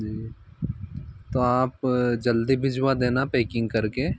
जी तो आप जल्दी भिजवा देना पॅकिंग करके